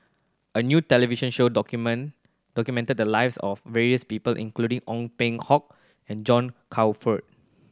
a new television show document documented the lives of various people including Ong Peng Hock and John Crawfurd